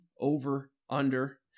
over-under